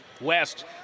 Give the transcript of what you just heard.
West